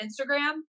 Instagram